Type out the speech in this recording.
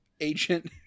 agent